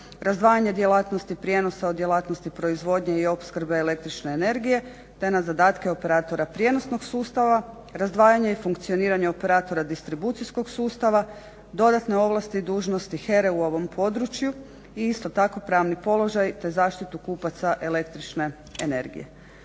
razdvajanje djelatnosti prijenosa od djelatnosti proizvodnje i opskrbe električne energije, te na zadatke operatora prijenosnog sustava, razdvajanje i funkcioniranje operatora distribucijskog sustava, dodatne ovlasti i dužnosti HER-e u ovom području i isto tako pravni položaj te zaštitu kupaca električne energije.